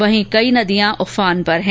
वहीं कई नदियां भी उफान पर हैं